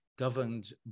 governed